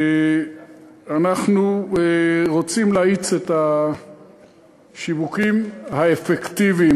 אנחנו רוצים להאיץ את השיווקים האפקטיביים,